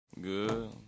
good